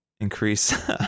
Increase